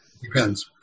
depends